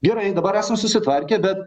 gerai dabar esam susitvarkę bet